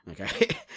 okay